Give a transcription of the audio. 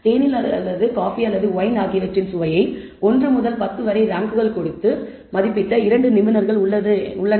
தேநீர் அல்லது காபி அல்லது ஒயின் ஆகியவற்றின் சுவையை 1 முதல் 10 வரை ரேங்க்கள் கொடுத்து மதிப்பிட்ட இரண்டு நிபுணர்கள் உள்ளனர்